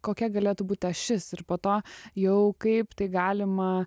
kokia galėtų būti ašis ir po to jau kaip tai galima